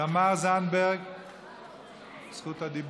תמר זנדברג, זכות הדיבור,